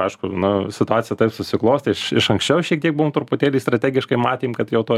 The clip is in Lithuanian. aišku nu situacija taip susiklostė iš iš anksčiau šiek tiek buvom truputėlį strategiškai matėm kad jau to